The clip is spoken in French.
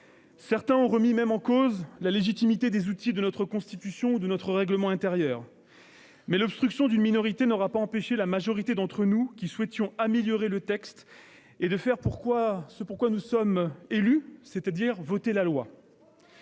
Certains ont remis en cause la légitimité des outils prévus par notre Constitution ou notre règlement intérieur. Mais l'obstruction d'une minorité n'aura pas empêché la majorité d'entre nous, qui souhaitions améliorer ce texte, de faire ce pour quoi nous sommes élus : voter la loi.